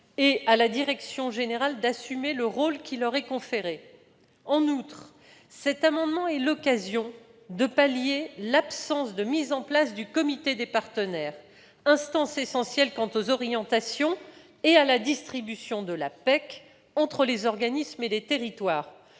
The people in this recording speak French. et à la direction générale d'assumer le rôle qui leur est conféré. En outre, l'adoption de cet amendement serait l'occasion de pallier l'absence de mise en place du comité des partenaires, instance essentielle quant aux orientations et à la distribution de la PEEC, la participation des employeurs